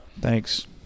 Thanks